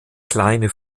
kleine